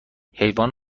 حیوان